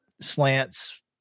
slants